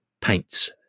paints